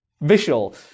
visual